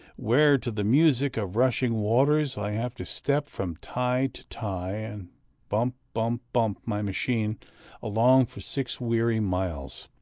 where, to the music of rushing waters, i have to step from tie to tie, and bump, bump, bump, my machine along for six weary miles.